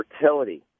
fertility